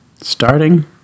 starting